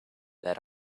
that